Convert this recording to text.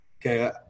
Okay